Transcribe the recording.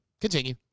Continue